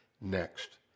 next